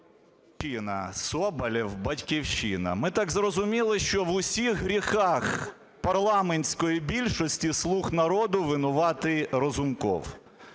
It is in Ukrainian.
СОБОЛЄВ С.В. Соболєв, "Батьківщина". Ми так зрозуміли, що в усіх гріхах парламентської більшості "слуг народу" винуватий Разумков.